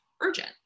urgent